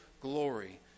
glory